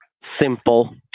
simple